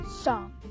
Song